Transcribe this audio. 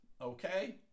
Okay